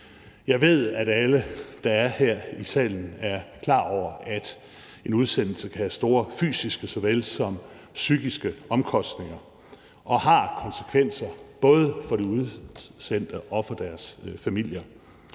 Jeg ved, at alle, der er her i salen, er klar over, at en udsendelse kan have store fysiske såvel som psykiske omkostninger og har konsekvenser for både den udsendte og for deres familier.